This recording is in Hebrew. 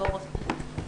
המשפטים.